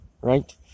right